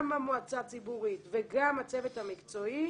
גם המועצה הציבורית וגם הצוות המקצועי,